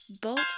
Bolt